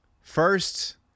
First